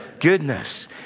Goodness